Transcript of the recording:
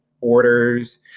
orders